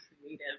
creative